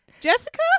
Jessica